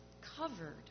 covered